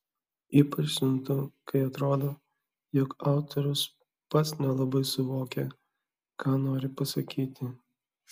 ypač siuntu kai atrodo jog autorius pats nelabai suvokė ką nori pasakyti